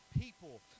people